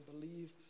believe